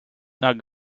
not